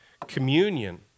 Communion